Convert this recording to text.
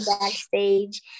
backstage